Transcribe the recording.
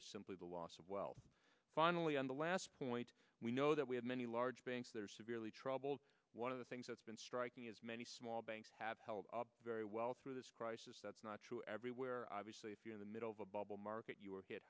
is simply the loss of well finally on the last point we know that we have many large banks that are severely troubled one of the things that's been striking is many small banks have held up very well through this crisis that's not true everywhere obviously if you're in the middle of a bubble market you work it